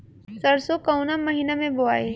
सरसो काउना महीना मे बोआई?